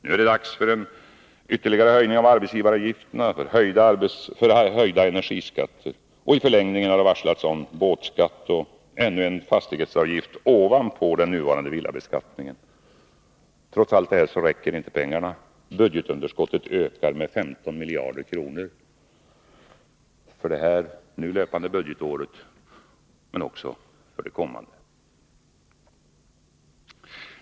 Nu är det dags för en ytterligare höjning av arbetsgivaravgifterna och höjda energiskatter. I förlängningen har det varslats om båtskatt och ännu en fastighetsavgift ovanpå den nuvarande villabeskattningen. Trots allt det här räcker inte pengarna. Budgetunderskottet ökar med 15 miljarder kronor för nu löpande budgetår, men också för det kommande.